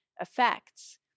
effects